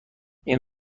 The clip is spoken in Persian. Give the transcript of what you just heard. این